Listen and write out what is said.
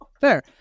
Fair